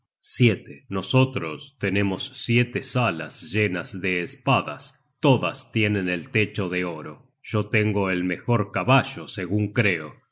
nuestro nosotros tenemos siete salas llenas de espadas todas tienen el techo de oro yo tengo el mejor caballo segun creo y